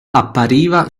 appariva